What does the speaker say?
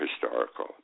historical